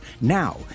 Now